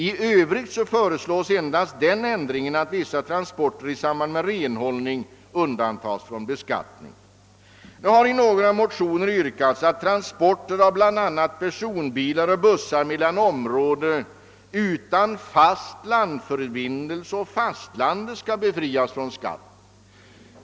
I övrigt föreslås endast den ändringen att en del transporter i samband med renhållning undantas från beskattning. Det har i högermotioner yrkats att transporter av bl.a. personbilar och bussar mellan område utan fastlandsförbindelse och fastlandet skall befrias från skatt.